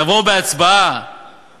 תבואו בהצבעה